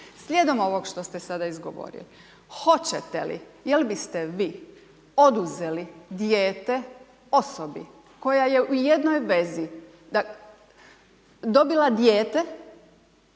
Slijedom ovog što ste sada izgovorili, hoćete li, jel biste vi oduzeli dijete osobi koja je u jednoj vezi dobila dijete,